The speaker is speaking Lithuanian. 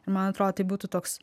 man atrodo tai būtų toks